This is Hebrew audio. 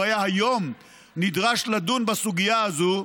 לו היה היום נדרש לדון בסוגיה הזאת,